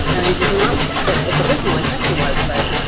and was not what its original intention was, but